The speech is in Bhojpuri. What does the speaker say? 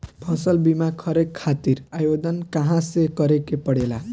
फसल बीमा करे खातिर आवेदन कहाँसे करे के पड़ेला?